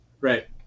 right